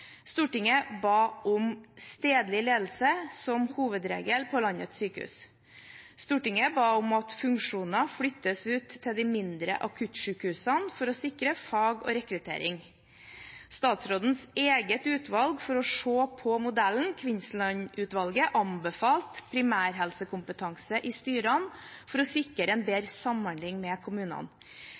Stortinget ba om stedlig ledelse som hovedregel på landets sykehus. Stortinget ba om at funksjoner flyttes ut til de mindre akuttsykehusene for å sikre fag og rekruttering. Statsrådens eget utvalg for å se på modellen, Kvinnsland-utvalget, anbefalte primærhelsekompetanse i styrene for å sikre en bedre samhandling med kommunene.